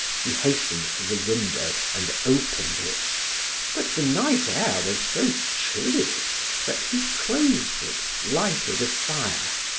he hastened to the window and opened it but the night air was so chilly that he closed it, lighted a fire,